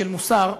של מוסר,